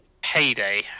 payday